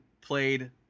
played